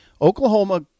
Oklahoma